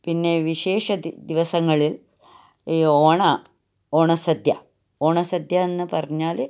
പിന്നെ വിശേഷ ദിവസങ്ങളിൽ ഈ ഓണ ഓണസദ്യ ഓണസദ്യയെന്നു പറഞ്ഞാൽ